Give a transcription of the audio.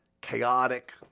chaotic